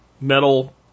metal